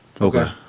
Okay